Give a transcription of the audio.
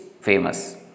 famous